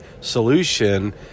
solution